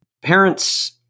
Parents